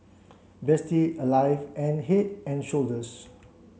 Betsy Alive and Head and Shoulders